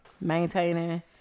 Maintaining